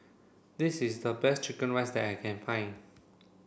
this is the best chicken rice that I can find